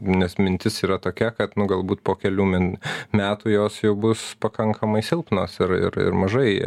nes mintis yra tokia kad nu galbūt po kelių min metų jos jau bus pakankamai silpnos ir ir ir mažai